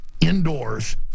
indoors